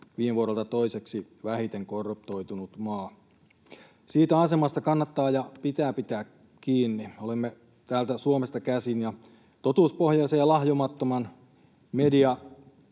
viime vuodelta toiseksi vähiten korruptoitunut maa. Siitä asemasta kannattaa ja pitää pitää kiinni. Olemme täältä Suomesta käsin ja totuuspohjaisen ja lahjomattoman